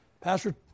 Pastor